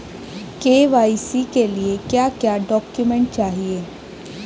KYC के लिए क्या क्या डॉक्यूमेंट चाहिए?